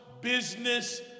business